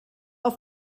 auf